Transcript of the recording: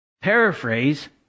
Paraphrase